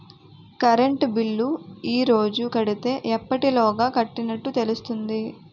Current bill ఈ రోజు కడితే ఎప్పటిలోగా కట్టినట్టు తెలుస్తుంది?